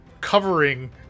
covering